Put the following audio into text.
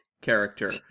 character